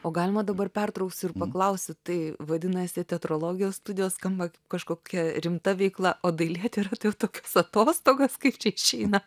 o galima dabar pertrauksiu ir paklausiu tai vadinasi teatrologijos studijos skamba kažkokia rimta veikla o dailėtyra tai jau tokios atostogos kaip čia išeina